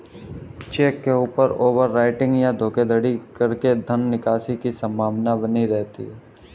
check के ऊपर over writing या धोखाधड़ी करके धन निकासी की संभावना बनी रहती है